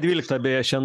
dvyliktą beje šiandien